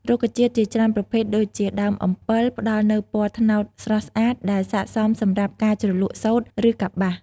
រុក្ខជាតិជាច្រើនប្រភេទដូចជា ដើមអំពិល ផ្តល់នូវពណ៌ត្នោតស្រស់ស្អាតដែលស័ក្តិសមសម្រាប់ការជ្រលក់សូត្រ ឬកប្បាស។